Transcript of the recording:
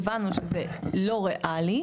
הבנו שזה לא ריאלי,